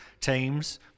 teams